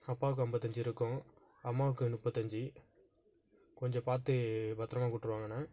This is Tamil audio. அப்பாவுக்கு ஐம்பத்தஞ்சி இருக்கும் அம்மாவுக்கு முப்பத்தஞ்சி கொஞ்சம் பார்த்து பத்தரமாக கூட்டு வாங்கண்ணா